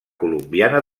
colombiana